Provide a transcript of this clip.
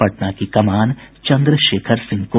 पटना की कमान चन्द्रशेखर सिंह को